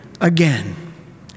again